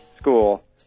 school